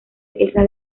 esa